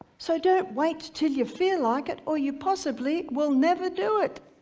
so don't wait til you feel like it, or you possibly will never do it.